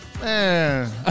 Man